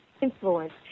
influence